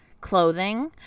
clothing